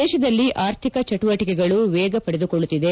ದೇಶದಲ್ಲಿ ಆರ್ಥಿಕ ಚಟುವಟಿಕೆಗಳು ವೇಗ ಪಡೆದುಕೊಳ್ಳುತ್ತಿದೆ